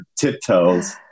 Tiptoes